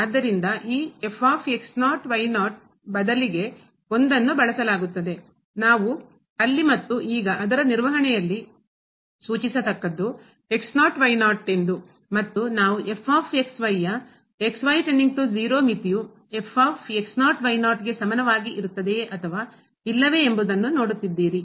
ಆದ್ದರಿಂದ ಈ ಬದಲಿಗೆ 1 ನ್ನು ಬಳಸಲಾಗುತ್ತದೆ ನಾವು ಅಲ್ಲಿ ಮತ್ತು ಈಗ ಅದರ ನಿರ್ವಹಣೆನಲ್ಲಿ ಸೂಚಿಸತಕ್ಕದ್ದು ಮತ್ತು ನಾವು ಯ ಮಿತಿಯು f ಗೆ ಸಮಾನವಾಗಿ ಇರುತ್ತದೆಯೇ ಅಥವಾ ಇಲ್ಲವೇ ಎಂಬುದನ್ನು ನೋಡುತ್ತಿದ್ದೀರಿ